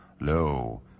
Lo